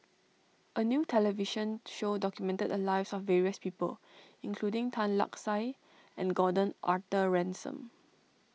a new television show documented the lives of various people including Tan Lark Sye and Gordon Arthur Ransome